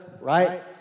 right